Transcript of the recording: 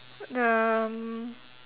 the